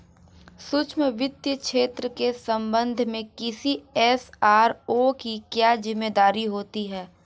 सूक्ष्म वित्त क्षेत्र के संबंध में किसी एस.आर.ओ की क्या जिम्मेदारी होती है?